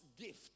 gift